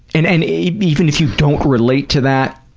and and even if you don't relate to that,